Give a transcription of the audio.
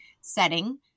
setting